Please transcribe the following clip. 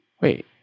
Wait